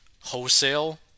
wholesale